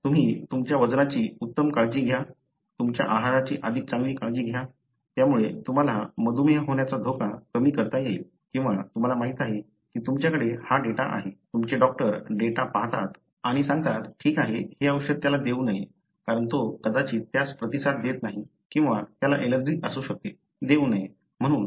तुम्ही तुमच्या वजनाची उत्तम काळजी घ्या तुमच्या आहाराची अधिक चांगली काळजी घ्या त्यामुळे तुम्हाला मधुमेह होण्याचा धोका कमी करता येईल किंवा तुम्हाला माहीत आहे की तुमच्याकडे हा डेटा आहे तुमचे डॉक्टर डेटा पाहतात आणि सांगतात ठीक आहे हे औषध त्याला देऊ नये कारण तो कदाचित त्यास प्रतिसाद देत नाही किंवा त्याला ऍलर्जी असू शकते देऊ नये